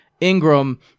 Ingram